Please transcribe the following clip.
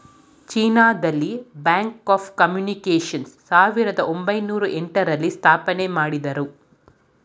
China ದಲ್ಲಿ bank of communications ಸಾವಿರದ ಒಂಬೈನೊರ ಎಂಟ ರಲ್ಲಿ ಸ್ಥಾಪನೆಮಾಡುದ್ರು